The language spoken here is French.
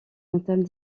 entame